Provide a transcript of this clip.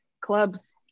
Clubs